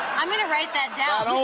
i'm going to write that down.